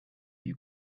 you